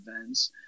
events